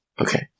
Okay